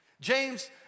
James